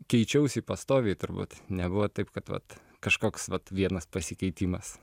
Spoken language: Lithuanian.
keičiausi pastoviai turbūt nebuvo taip kad vat kažkoks vat vienas pasikeitimas